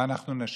מה אנחנו נשיב?